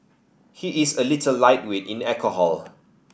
he is a little lightweight in alcohol